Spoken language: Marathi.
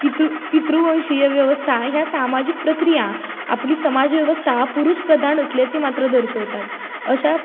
पितृ पितृवंशीय व्यवस्था ह्या सामाजिक प्रक्रिया आपली समाजव्यवस्था पुरुष प्रधान असल्याचे मात्र दर्शवतात अशा